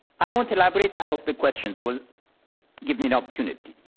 i won't elaborate. i hope the questions will give me an opportunity.